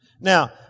Now